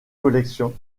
collection